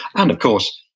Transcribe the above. and of course,